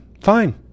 fine